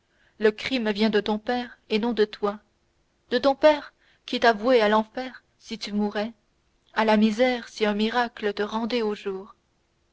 le crime vient de ton père et non de toi de ton père qui t'a voué à l'enfer si tu mourais à la misère si un miracle te rendait au jour